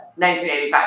1985